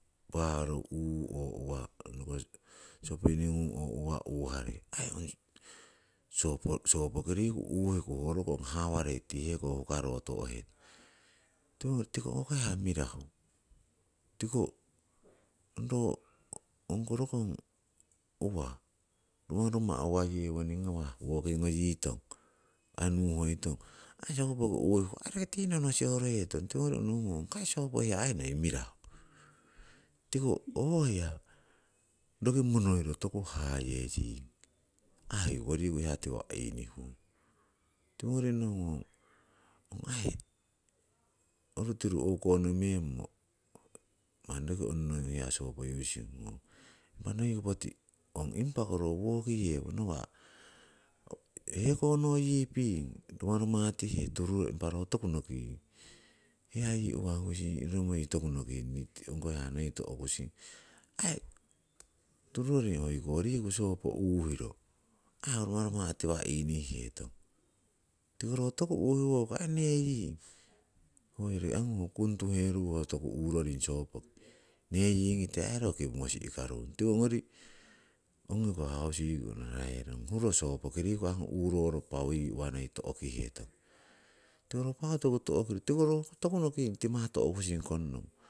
Paaru uu oo uwa, sosopeningung oo uwa uharei, aii sopoki riku uhiku ho rokong hawarei tii heko hukaro tohetong, tiko ho kai hiya mirahu. Tiko ro ongko rokong uwa rumaruma' uwa yewoning ngawah woki ngoyitong anuwoitong aii hoiko uhiku aii roki tinohno sihorohetong. Tiwongori nohungong, ongkai sopo hiya noi mirahu, tiko ho hiya roki monoiro toku hayeying aii ongki riku hiya tiwa' inihuung. Tiwongori nohungong ong aii orutiru o'konomemmo manni roki onnong hiya sopo using ngongkong. Impa noi poti ong impa ko ro woki yii yewo nawa' hekono yii piing rumarumatihe turu impa ro toku noking, hiya yii uwoki sihrorin toku nokin ong yii hiya noi to'kusing, aii tururoring hoiko riku sopo uhiro aii ho rumaruma' tiwa' inihiheton. Tiko ro toku inihiwoku aii neying, hoyori angu ho kung tuherui ho toku uroring sopoki, neyingite aii ro kipu mosi'korung, tiwongori ongo riku hausiki onoraherong. Ong riku hagu uroroh noi to'kihetong, tiko ro paau toku to'kiro. Tiko ro toku noking timah to'kusing konnomo.